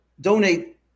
donate